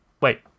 wait